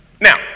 Now